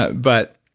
but but,